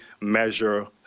measure